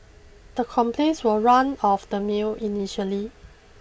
the complaints were run of the mill initially